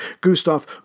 Gustav